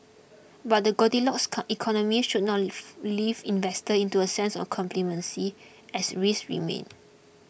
but the Goldilocks economy should not leaf investor into a sense of complacency as risks remain